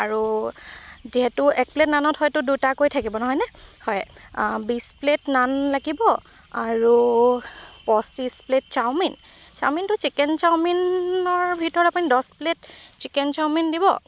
আৰু যিহেতু এক প্লেটত নানত হয়তো দুটাকৈ থাকিব নহয়নে হয় বিছ প্লেট নান লাগিব আৰু পঁচিছ প্লেট চাওমিন চাওমিনটো চিকেন চাওমিনৰ ভিতৰত আপুনি দহ প্লেট চিকেন চাওমিন দিব